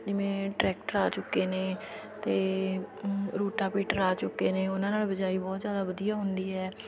ਜਿਵੇਂ ਟਰੈਕਟਰ ਆ ਚੁੱਕੇ ਨੇ ਅਤੇ ਰੂਟਾਵੀਟਰ ਆ ਚੁੱਕੇ ਨੇ ਉਹਨਾਂ ਨਾਲ ਬਿਜਾਈ ਬਹੁਤ ਜ਼ਿਆਦਾ ਵਧੀਆ ਹੁੰਦੀ ਹੈ